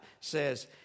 says